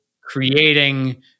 creating